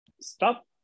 stop